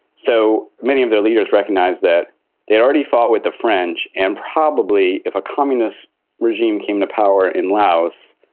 so, many of their leaders recognise that they had already fought with the french and probably if a communist regime came to power in laos,